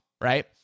right